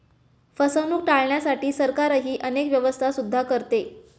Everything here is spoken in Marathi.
फसवणूक टाळण्यासाठी सरकारही अनेक व्यवस्था सुद्धा करते